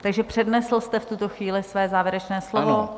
Takže přednesl jste v tuto chvíli své závěrečné slovo?